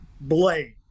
Blade